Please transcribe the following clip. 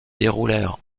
déroulèrent